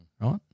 Right